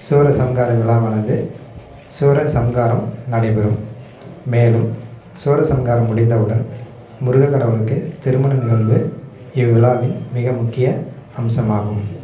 சூரசம்ஹார விழாவானது சூரசம்ஹாரம் நடைப்பெறும் மேலும் சூரசம்ஹாரம் முடிந்த உடன் முருகக் கடவுளுக்கு திருமண நிகழ்வு இவ்விழாவின் மிக முக்கிய அம்சமாகும்